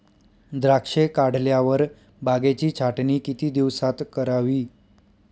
द्राक्षे काढल्यावर बागेची छाटणी किती दिवसात करावी?